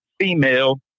female